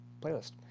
playlist